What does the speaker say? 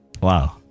Wow